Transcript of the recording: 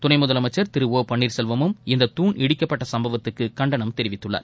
துணை முதலமைச்சா் திரு ஒ பன்னீாசெல்வமும் இந்த துண் இடிக்கப்பட்ட சம்பவத்துக்கு கண்டனம் தெரிவித்துள்ளார்